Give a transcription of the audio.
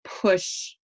push